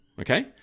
Okay